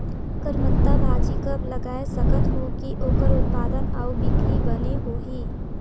करमत्ता भाजी कब लगाय सकत हो कि ओकर उत्पादन अउ बिक्री बने होही?